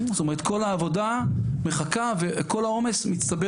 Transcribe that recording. זאת אומרת כל העבודה מחכה וכל העומס מצטבר